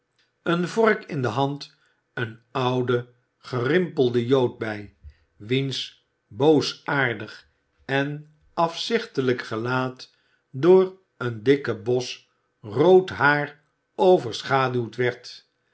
eene vork in de hand een oude gerimpelde jood bij wiens boosaardig en afzichtelijk gelaat door een dikken bos rood haar overschaduwd werd